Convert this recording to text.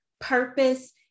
Purpose